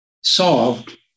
solved